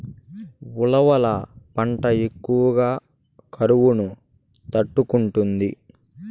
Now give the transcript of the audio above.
ఉలవల పంట ఎక్కువ కరువును తట్టుకుంటాది